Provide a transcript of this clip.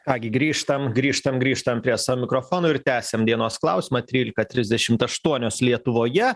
ką gi grįžtam grįžtam grįžtam prie mikrofonų ir tęsiam dienos klausimą trylika trisdešimt aštuonios lietuvoje